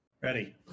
Ready